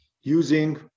using